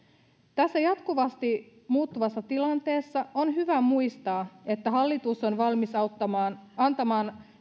tässä jatkuvasti muuttuvassa tilanteessa on hyvä muistaa että hallitus on valmis antamaan